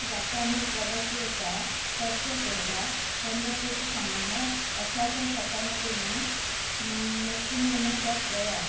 जापानी प्रवसियों का सबसे पहला संगठित समूह अट्ठारह सौ सत्तानवे में मेक्सिमो में बस गया